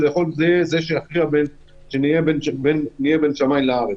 יכול להיות זה שיכריע בין זה שנהיה בין שמיים לארץ.